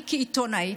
אני כעיתונאית,